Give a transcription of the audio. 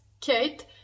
Kate